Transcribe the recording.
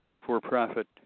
for-profit